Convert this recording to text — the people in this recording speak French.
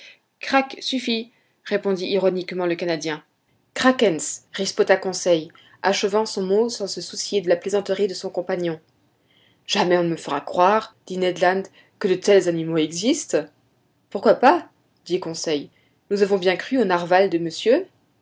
craque suffit répondit ironiquement le canadien krakens riposta conseil achevant son mot sans se soucier de la plaisanterie de son compagnon jamais on ne me fera croire dit ned land que de tels animaux existent pourquoi pas répondit conseil nous avons bien cru au narval de monsieur